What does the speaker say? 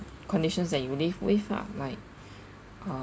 conditions that you live with ah like uh